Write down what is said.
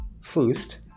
first